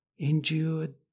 endured